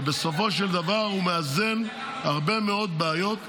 ובסופו של דבר הוא מאזן הרבה מאוד בעיות שהיום,